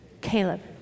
caleb